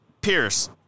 Pierce